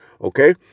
okay